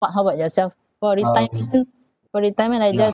pak how about yourself for retirement for retirement I just